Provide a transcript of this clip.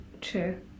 True